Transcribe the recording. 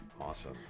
Awesome